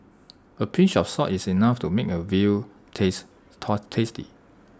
A pinch of salt is enough to make A veal taste tasty